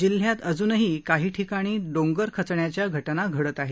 जिल्ह्यात अज्नही काही ठिकाणी डोंगर खचण्याच्या घटना घडत आहेत